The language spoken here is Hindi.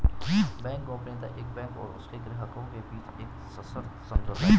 बैंक गोपनीयता एक बैंक और उसके ग्राहकों के बीच एक सशर्त समझौता है